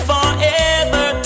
Forever